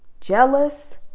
jealous